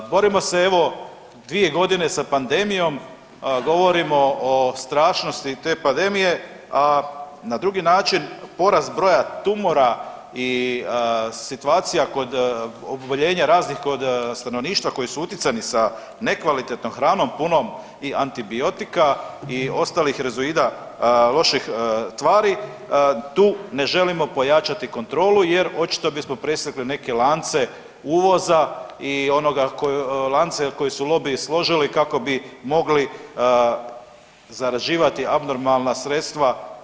Borimo se, evo, dvije godine sa pandemijom, govorimo o strašnosti te pandemije, a na drugi način porast broja tumora i situacija kod oboljenja raznih kod stanovništva koji su utjecani sa nekvalitetnom hranom punom i antibiotika i ostalih rizoida loših tvari, tu ne želimo pojačati kontrolu jer očito bismo presjekli neke lance uvoza i onoga, lance koje su lobiji složili kako bi mogli zarađivati abnormalna sredstva.